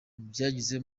byagize